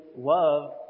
love